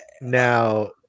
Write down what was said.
Now